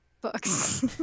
Books